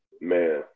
man